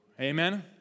Amen